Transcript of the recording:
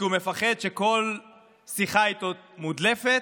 כי הוא מפחד שכל שיחה איתו מודלפת.